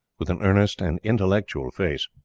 with an earnest and intellectual face.